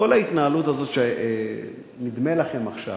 כל ההתנהלות הזאת, שנדמה לכם עכשיו